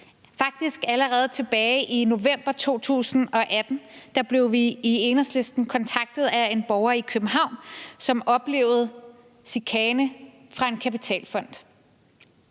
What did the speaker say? det er. Allerede tilbage i november 2018 blev vi i Enhedslisten kontaktet af en borger i København, som oplevede chikane fra en kapitalfond.